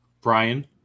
Brian